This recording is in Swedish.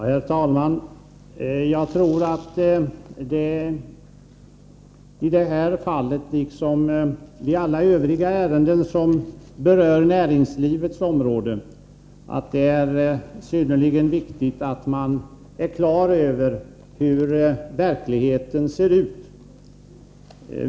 Herr talman! Jag tror att det i detta ärende liksom i alla övriga ärenden som berör näringslivets område är synnerligen viktigt att vara på det klara med hur verkligheten ser ut.